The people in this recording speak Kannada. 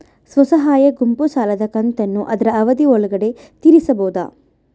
ಸ್ವಸಹಾಯ ಗುಂಪು ಸಾಲದ ಕಂತನ್ನ ಆದ್ರ ಅವಧಿ ಒಳ್ಗಡೆ ತೇರಿಸಬೋದ?